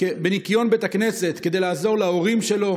בניקיון בית הכנסת כדי לעזור להורים שלו,